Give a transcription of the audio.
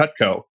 Cutco